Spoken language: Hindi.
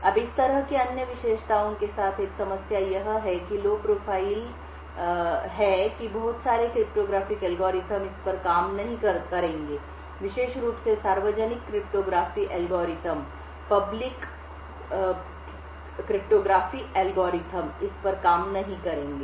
अब इस तरह की अन्य विशेषताओं के साथ एक समस्या यह है कि लो प्रोफाइल यह है कि बहुत सारे क्रिप्टोग्राफिक एल्गोरिदम इस पर काम नहीं करेंगे विशेष रूप से सार्वजनिक क्रिप्टोग्राफी एल्गोरिदम इस पर काम नहीं करेंगे